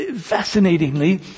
fascinatingly